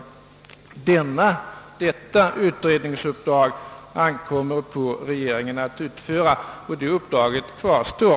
Detta utredningsuppdrag ankommer på regeringen att utföra, och det uppdraget kvarstår.